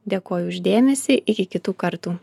dėkoju už dėmesį iki kitų kartų